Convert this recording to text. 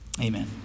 Amen